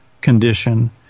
condition